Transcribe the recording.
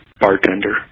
bartender